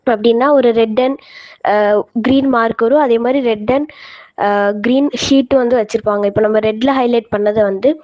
அப்படின்னா ஒரு red and green மார்க்கரும் அதேமாதிரி ரெட்டென் க்ரீன் ஷீட்டும் வந்து வெச்சுருப்பாங்க இப்போ நம்ம ரெட்டில் ஹைலைட் பண்ணதை வந்து